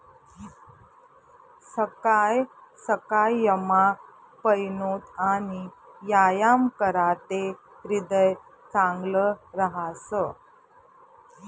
सकाय सकायमा पयनूत आणि यायाम कराते ह्रीदय चांगलं रहास